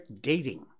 dating